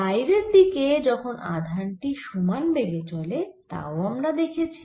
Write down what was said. বাইরের দিকে যখন আধান টি সমান বেগে চলে তাও আমরা দেখছি